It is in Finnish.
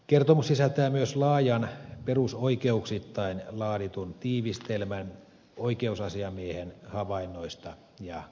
kertomus sisältää myös laajan perusoikeuksittain laaditun tiivistelmän oikeusasiamiehen havainnoista ja kannanotoista